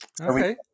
Okay